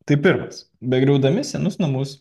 tai pirmas begriaudami senus namus